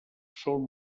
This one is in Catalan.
sol